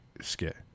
skit